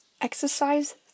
Exercise